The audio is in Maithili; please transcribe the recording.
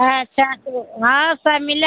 अच्छा तऽ हँ सब मिलत